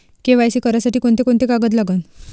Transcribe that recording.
KYC करासाठी कोंते कोंते कागद लागन?